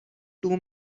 too